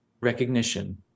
recognition